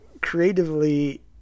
creatively